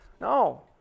No